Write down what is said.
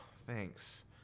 Thanks